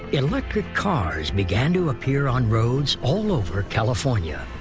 electric cars began to appear on roads all over california.